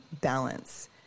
balance